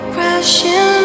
Crashing